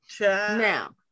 Now